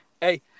Hey